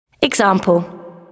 Example